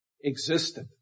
existed